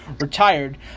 retired